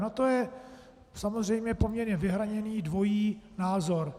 Na to je samozřejmě poměrně vyhraněný dvojí názor.